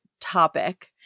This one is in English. topic